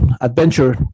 adventure